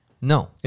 No